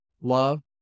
love